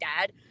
dad